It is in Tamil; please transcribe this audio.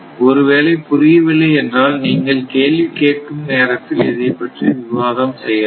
ஒருவேளை புரியவில்லை என்றால் நீங்கள் கேள்வி கேட்கும் இடத்தில் இதை பற்றி விவாதம் செய்யலாம்